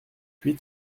huit